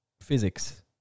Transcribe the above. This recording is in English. physics